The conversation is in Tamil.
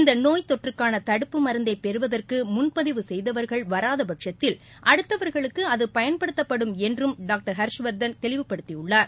இந்த நோய் தொற்றுக்கான தடுப்பு மருந்ததை பெறுவதற்கு முன்பதிவு செய்தவர்கள் வராதபட்சத்தில் அடுத்தவர்களுக்கு அது பயன்படுத்தப்படும் என்றும் டாக்டர் ஹர்ஷ்வர்தன் தெளிவுப்படுத்தியுள்ளார்